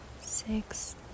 six